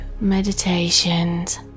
meditations